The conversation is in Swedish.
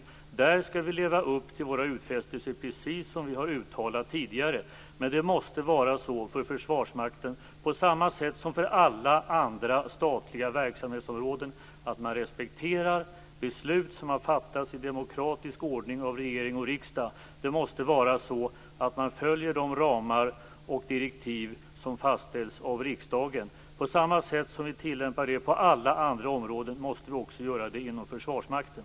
I det avseendet skall vi leva upp just till de utfästelser som vi har uttalat tidigare. Det måste dock vara på precis samma sätt för Försvarsmakten som för alla andra statliga verksamhetsområden, att man respekterar beslut som har fattats i demokratisk ordning av regering och riksdag. Man måste följa de ramar och direktiv som fastställts av riksdagen. På samma sätt som vi tillämpar det på alla andra områden måste vi göra det också inom Försvarsmakten.